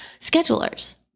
schedulers